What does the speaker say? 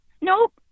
Nope